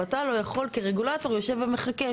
אתה, כרגולטור, יושב ומחכה